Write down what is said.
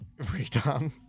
redone